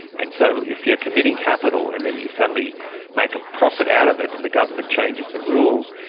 and so if you are committing capital and then you suddenly make a profit out of it and the government changes the rules,